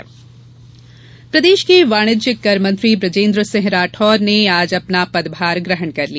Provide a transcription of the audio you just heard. पदभार प्रदेश के वाणिज्यिक कर मंत्री वृजेन्द्र सिंह राठौर ने आज अपना पदभार ग्रहण किया